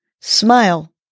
Smile